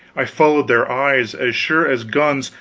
i followed their eyes, as sure as guns,